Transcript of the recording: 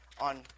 on